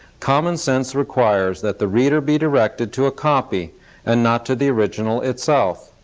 common sense requires that the reader be directed to a copy and not to the original itself.